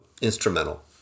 instrumental